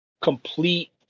complete